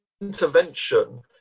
intervention